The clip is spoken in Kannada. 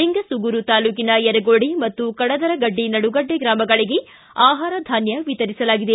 ಲಿಂಗಸೂಗೂರು ತಾಲೂಕಿನ ಯರಗೋಡಿ ಮತ್ತು ಕಡದರಗಡ್ಡಿ ನಡುಗಡ್ಡೆ ಗ್ರಾಮಗಳಿಗೆ ಆಹಾರ ಧಾನ್ಯ ವಿತರಿಸಲಾಗಿದೆ